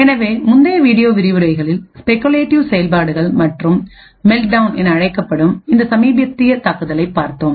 எனவே முந்தைய வீடியோ விரிவுரைகளில்ஸ்பெகுலேட்டிவ் செயல்பாடுகள் மற்றும் மெல்ட்டவுன் என அழைக்கப்படும் இந்த சமீபத்திய தாக்குதலைப் பார்த்தோம்